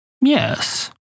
Yes